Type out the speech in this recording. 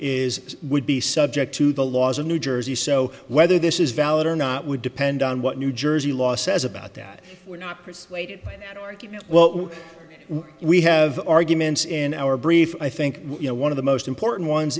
is would be subject to the laws of new jersey so whether this is valid or not would depend on what new jersey law says about that we're not persuaded by well we have arguments in our brief i think you know one of the most important ones